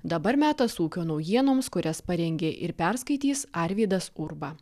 dabar metas ūkio naujienoms kurias parengė ir perskaitys arvydas urba